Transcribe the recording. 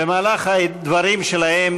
במהלך הדברים שלהם